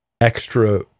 extra